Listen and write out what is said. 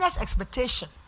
expectation